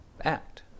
act